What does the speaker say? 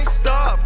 stop